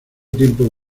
tiempo